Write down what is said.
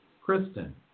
Kristen